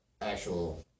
Actual